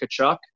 Kachuk